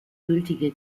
gültige